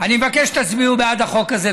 אני מבקש שתצביעו בעד החוק הזה.